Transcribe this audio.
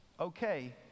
okay